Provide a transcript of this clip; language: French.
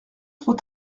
trop